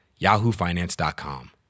yahoofinance.com